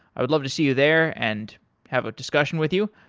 i would love to see you there and have a discussion with you.